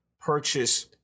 purchase